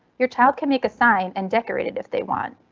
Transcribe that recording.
your child can make a sign and decorate it if they want,